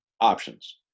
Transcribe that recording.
options